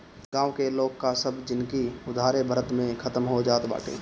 गांव के लोग कअ सब जिनगी उधारे भरत में खतम हो जात बाटे